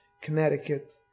Connecticut